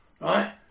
right